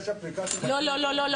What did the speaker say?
לא לא,